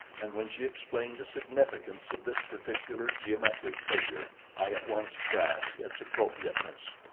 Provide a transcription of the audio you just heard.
and when she explained the significance of this particular geometric figure, i at once grasped its appropriateness.